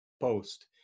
post